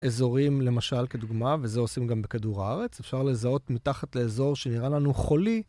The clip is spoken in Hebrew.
אזורים, למשל, כדוגמה, וזה עושים גם בכדור הארץ, אפשר לזהות מתחת לאזור שנראה לנו חולי.